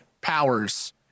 powers